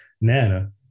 Nana